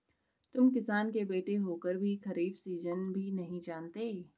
तुम किसान के बेटे होकर भी खरीफ सीजन भी नहीं जानते